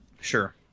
Sure